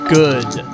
good